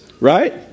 Right